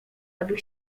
aby